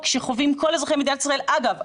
שחווים כל אזרחי מדינת ישראל אגב,